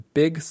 big